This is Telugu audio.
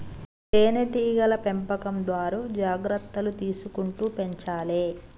తేనె టీగల పెంపకందారు జాగ్రత్తలు తీసుకుంటూ పెంచాలే